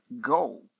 go